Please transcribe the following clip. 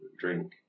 drink